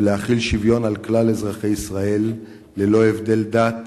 ולהחיל שוויון על כלל אזרחי ישראל ללא הבדל דת